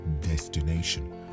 destination